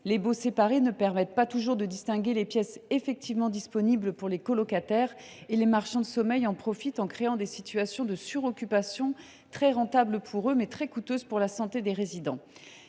Les baux séparés ne permettent pas toujours de distinguer les pièces réellement disponibles pour les colocataires, et les marchands de sommeil en profitent en créant des situations de suroccupation très rentables pour eux, mais très coûteuses pour la santé des résidents.